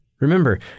Remember